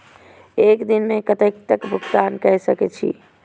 एक दिन में कतेक तक भुगतान कै सके छी